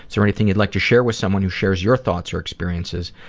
there anything you'd like to share with someone who shares your thoughts or experiences?